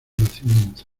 nacimiento